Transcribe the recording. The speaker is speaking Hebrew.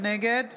נגד